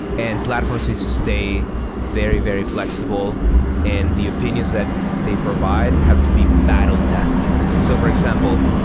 and platforms needs to stay very, very flexible and the opinions that they provide have to be battle tested. so for example,